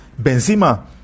Benzema